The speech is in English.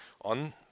on